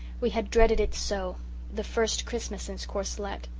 we had dreaded it so the first christmas since courcelette.